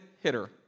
hitter